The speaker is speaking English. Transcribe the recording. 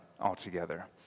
altogether